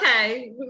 okay